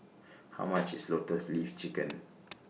How much IS Lotus Leaf Chicken